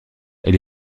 elle